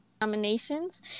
nominations